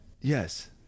Yes